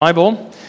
Bible